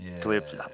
clips